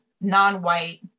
non-white